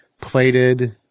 plated